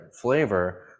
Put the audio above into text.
flavor